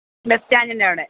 bus സ്റ്റാൻഡിൻ്റെ അവിടെ